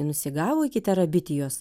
nusigavo iki terabitijos